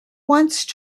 once